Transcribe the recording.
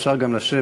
אפשר גם לשבת,